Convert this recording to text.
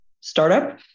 startup